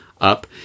up